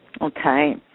Okay